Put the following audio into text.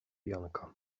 janka